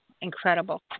Incredible